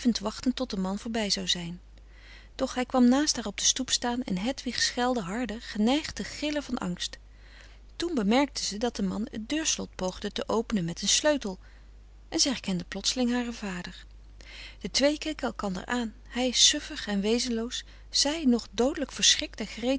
wachtend tot de man voorbij zou zijn doch hij kwam naast haar op de stoep staan en hedwig schelde harder geneigd te gillen van angst toen bemerkte ze dat de man het deurslot poogde te openen met een sleutel en ze herkende plotseling haren vader de twee keken elkander aan hij suffig en wezenloos zij nog doodelijk verschrikt